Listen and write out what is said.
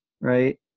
right